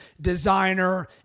designer